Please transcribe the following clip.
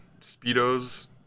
speedos